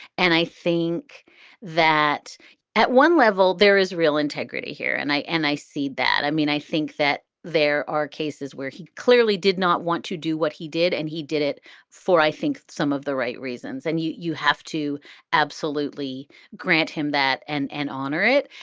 and i think that at one level, there is real integrity here. and i and i see that. i mean, i think that there are cases where he clearly did not want to do what he did. and he did it for, i think, some of the right reasons. and you you have to absolutely grant him that and and honor it.